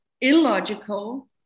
illogical